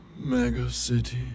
Megacity